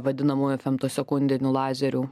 vadinamųjų femtosekundinių lazerių